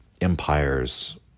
empire's